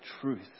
truth